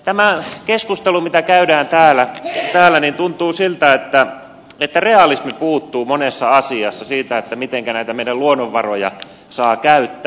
tässä keskustelussa mitä täällä käydään tuntuu siltä että realismi puuttuu monessa asiassa siitä miten näitä meidän luonnonvarojamme saa käyttää